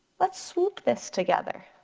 let's swoop this together.